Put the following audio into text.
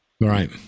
Right